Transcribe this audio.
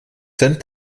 cent